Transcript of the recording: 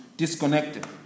disconnected